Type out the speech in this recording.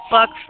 Fuck